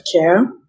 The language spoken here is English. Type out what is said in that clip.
care